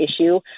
issue